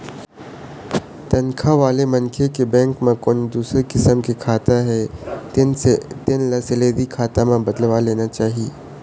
तनखा वाले मनखे के बेंक म कोनो दूसर किसम के खाता हे तेन ल सेलरी खाता म बदलवा लेना चाही